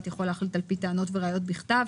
יכול להחליט על פי טענות וראיות בכתב,